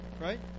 right